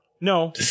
no